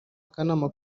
akana